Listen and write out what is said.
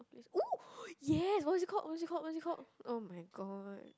!woo! ya what's it called what's it called what's it called [oh]-my-god